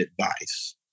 advice